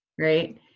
Right